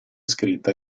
scritta